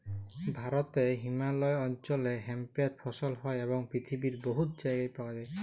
ভারতে হিমালয় অল্চলে হেম্পের ফসল হ্যয় এবং পিথিবীর বহুত জায়গায় পাউয়া যায়